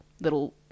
little